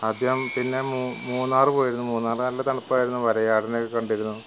ആദ്യം പിന്നെ മൂ മൂന്നാറ് പോയിരുന്നു മൂന്നാറ് നല്ല തണുപ്പായിരുന്നു വരയാടിനെ ഒക്കെ കണ്ടിരുന്നു